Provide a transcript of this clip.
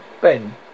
Ben